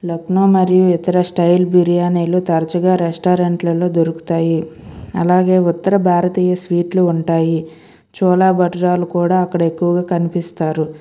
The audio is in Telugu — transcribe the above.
లక్నో మరియు ఇతర స్టైల్ బిర్యానీలు తరచుగా రెస్టారెంట్లలో దొరుకుతాయి అలాగే ఉత్తర భారతీయ స్వీట్లు ఉంటాయి చోలే భటూరేలు కూడా అక్కడ ఎక్కువగా కనిపిస్తారు